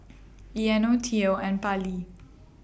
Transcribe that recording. Eino Theo and Pallie